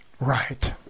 Right